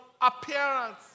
appearance